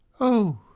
Oh